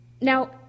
Now